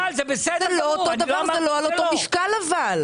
זה לא אותו דבר, זה לא על אותו משקל אבל.